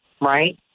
right